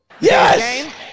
Yes